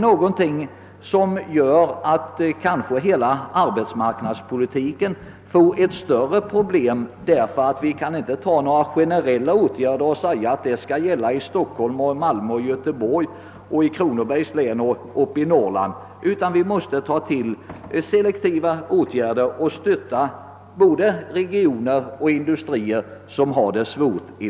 Detta gör att arbetsmarknadspolitiken kanske får ett större problem att lösa därigenom att vi inte kan vidta generella åtgärder och säga att de skall gälla i Stockholm, Malmö, Göteborg och i Kronobergs län och Norrland, utan vi måste vidta selektiva åtgärder och ge stöd åt både regioner och industrier som har det svårt.